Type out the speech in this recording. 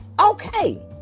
okay